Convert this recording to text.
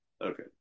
Okay